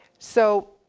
so